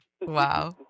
Wow